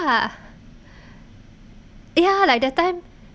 ya like that time